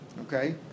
okay